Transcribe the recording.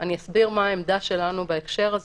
אני אסביר מה העמדה שלנו בהקשר הזה.